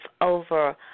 over